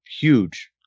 huge